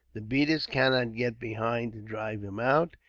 the beaters cannot get behind to drive him out,